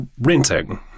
renting